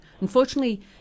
unfortunately